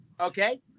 Okay